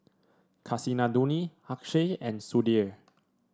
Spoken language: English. Kasinadhuni Akshay and Sudhir